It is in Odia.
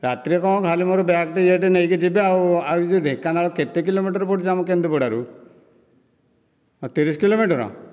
ରାତିରେ କ'ଣ ଖାଲି ମୋର ବ୍ୟାଗ୍ ଟିଏ ୟେ ଟିଏ ନେଇକି ଯିବି ଆଉ ଆଉ ସେ ଢେଙ୍କାନାଳ କେତେ କିଲୋମିଟର ପଡ଼ୁଛି ଆମ କେନ୍ଦୁପଡ଼ାରୁ ତିରିଶ କିଲୋମିଟର